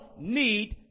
need